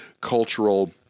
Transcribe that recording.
cultural